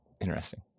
interesting